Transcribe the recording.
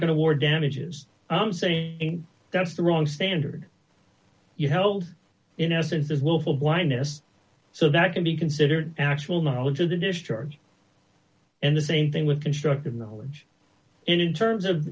going to war damages i'm saying that's the wrong standard you hold in essence is willful blindness so that can be considered actual knowledge of the dish charge and the same thing with constructive knowledge in terms of